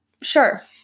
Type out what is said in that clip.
sure